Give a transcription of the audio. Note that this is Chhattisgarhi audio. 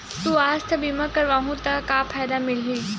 सुवास्थ बीमा करवाहू त का फ़ायदा मिलही?